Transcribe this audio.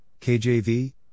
KJV